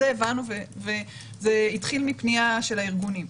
את זה הבנו וזה התחיל מפניה של הארגונים.